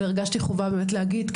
אבל הרגשתי חובה באמת להגיד,